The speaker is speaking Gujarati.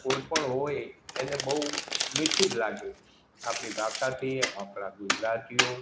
કે કોઈ પણ હોય એને બહું મીઠી જ લાગે આપણી ભાષાથી આપણા ગુજરાતીઓ